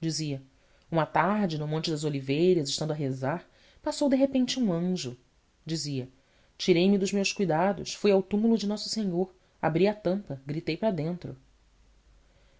dizia uma tarde no monte das oliveiras estando a rezar passou de repente um anjo dizia tirei me dos meus cuidados fui ao túmulo de nosso senhor abri a tampa gritei para dentro